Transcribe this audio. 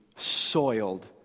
soiled